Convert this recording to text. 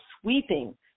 sweeping